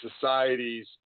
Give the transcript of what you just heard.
societies